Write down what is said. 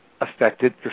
affected